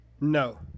No